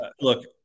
look